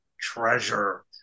treasure